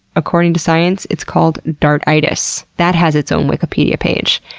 according to science, it's called dartitis. that has its own wikipedia page.